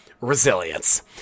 resilience